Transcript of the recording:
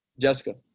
Jessica